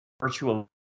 virtual